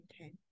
okay